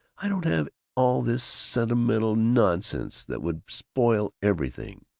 i won't have all this sentimental nonsense, that would spoil everything.